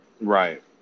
Right